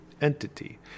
entity